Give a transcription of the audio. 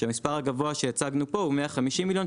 והמספר הגבוה שהצגנו פה הוא 150 מיליון.